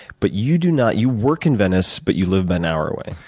but you do not, you work in venice but you live an hour away?